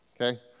Okay